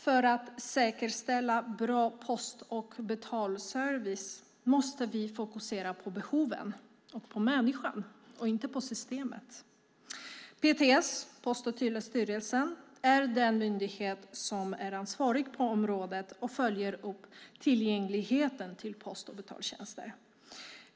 För att säkerställa bra post och betalservice måste vi fokusera på behoven och människan, inte på systemet. PTS, Post och telestyrelsen, är den myndighet som är ansvarig på området och följer upp tillgängligheten till post och betaltjänster.